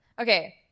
Okay